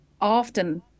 often